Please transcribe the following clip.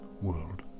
World